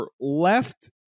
left